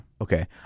okay